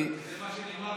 זה מה שנאמר,